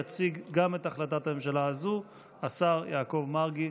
יציג גם את החלטת הממשלה הזאת השר יעקב מרגי.